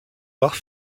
rares